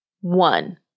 One